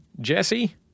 Jesse